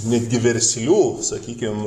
netgi verslių sakykim